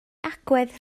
agwedd